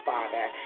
Father